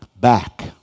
back